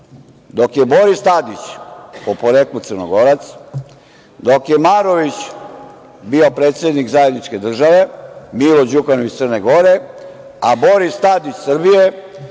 dok je Boris Tadić, po poreklu Crnogorac, dok je Marović bio predsednik zajedničke države, Milo Đukanović Crne Gore, a Boris Tadić Srbije,